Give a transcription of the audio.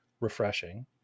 refreshing